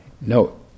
No